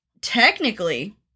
Technically